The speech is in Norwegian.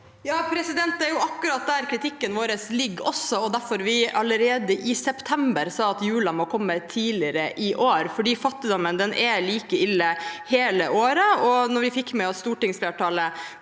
(R) Det er jo akkurat der kritikken vår ligger også, og derfor vi allerede i september sa at julen måtte komme tidligere i år, for fattigdommen er like ille hele året. Vi fikk med oss stortingsflertallet